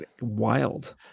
wild